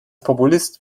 populist